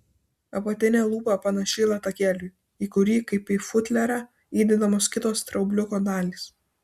apatinė lūpa panaši į latakėlį į kurį kaip į futliarą įdedamos kitos straubliuko dalys